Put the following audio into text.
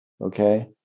Okay